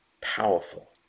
powerful